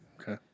Okay